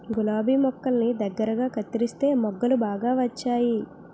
గులాబి మొక్కల్ని దగ్గరగా కత్తెరిస్తే మొగ్గలు బాగా వచ్చేయి